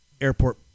airport